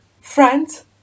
Friends